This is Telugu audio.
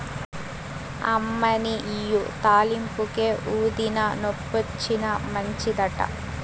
అమ్మనీ ఇయ్యి తాలింపుకే, ఊదినా, నొప్పొచ్చినా మంచిదట